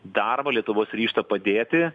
darbą lietuvos ryžtą padėti